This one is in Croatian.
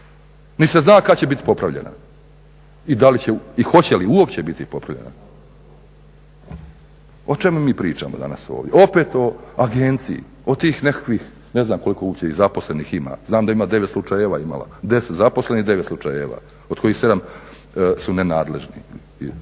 niti se zna kada će biti popravljena. I da li će i hoće li uopće biti popravljena. O čemu mi pričamo danas ovdje, opet o agenciji, o tih nekakvih ne znam koliko uopće i zaposlenih ima, znam da ima 9 slučajeva je imala, 10 zaposlenih, 9 slučajeva od kojih 7 su nenadležni.